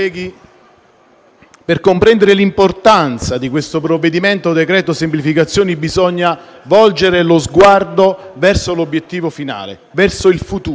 per comprendere l'importanza di questo provvedimento, il decreto semplificazioni, bisogna volgere lo sguardo verso l'obiettivo finale, verso il futuro.